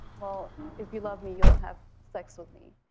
well, if you love me, you'll have sex with me.